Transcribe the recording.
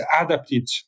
adapted